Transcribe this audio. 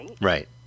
Right